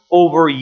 over